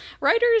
writers